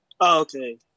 Okay